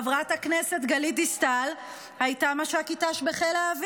חברת הכנסת גלית דיסטל הייתה מש"קית ת"ש בחיל האוויר,